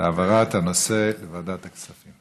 העברת הנושא לוועדת הכספים?